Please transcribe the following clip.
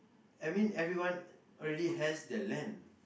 I mean everyone already has their land